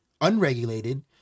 unregulated